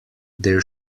there